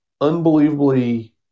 unbelievably